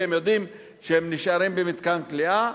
כי הם יודעים שהם נשארים במתקן כליאה,